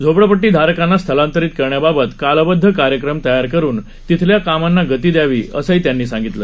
झोपडपट्टीधारकांना स्थलांतरित करण्याबाबत कालबद्ध कार्यक्रम तयार करून तिथल्या कामांना गती द्यावी असं त्यांनी सांगितलं